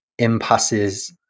impasses